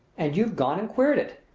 and you've gone and queered it!